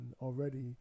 already